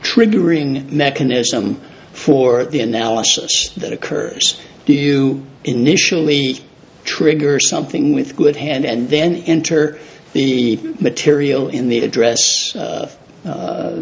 triggering mechanism for the analysis that occurs to you initially trigger something with good hand and then enter the material in the address